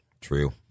True